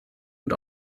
und